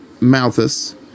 Malthus